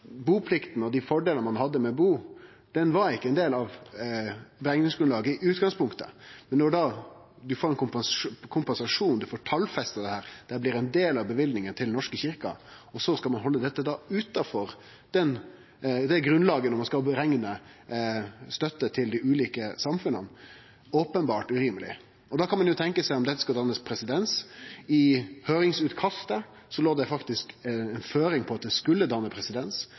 buplikta og dei fordelane ein hadde med ho, var ikkje ein del av berekningsgrunnlaget i utgangspunktet. Men når ein får ein kompensasjon og ein får talfesta dette, blir det ein del av løyvinga til Den norske kyrkja, og om ein skal halde dette utanfor det grunnlaget når ein skal berekne støtte til dei ulike samfunna, er det openbert urimeleg. Da kan ein jo tenkje seg at dette vil skape presedens. I høyringsutkastet låg det faktisk ei føring om at det skulle